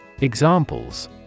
Examples